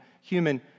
human